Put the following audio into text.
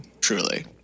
truly